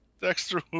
Dexter